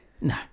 No